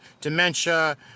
dementia